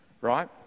Right